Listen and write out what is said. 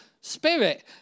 spirit